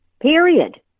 Period